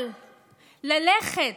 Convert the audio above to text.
אבל ללכת